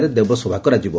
ରେ ଦେବସଭା କରାଯିବ